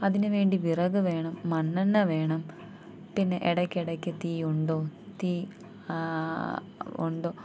അതിനു വേണ്ടി വിറകു വേണം മണ്ണെണ്ണ വേണം പിന്നെ ഇടയ്ക്കിടക്ക് തീ ഉണ്ടോ തീ ഉണ്ടോ